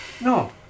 No